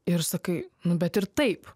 ir sakai nu bet ir taip